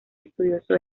estudioso